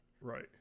Right